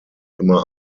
immer